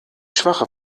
schwache